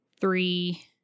three